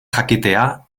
jakitea